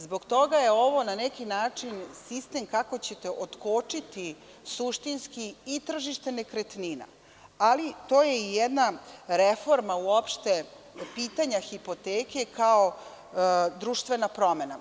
Zbog toga je ovo na neki način sistem kako ćete otkočiti suštinski i tržište nekretnina, ali to je i jedna reforma uopšte pitanja hipoteke, kao društvena promena.